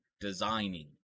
designing